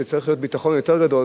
שצריכה להיות רמת ביטחון יותר גבוהה,